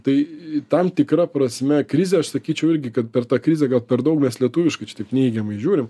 tai tam tikra prasme krizė aš sakyčiau irgi kad per tą krizę gal per daug mes lietuviškai čia taip neigiamai žiūrim